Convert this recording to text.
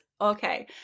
Okay